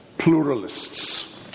Pluralists